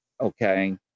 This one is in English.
okay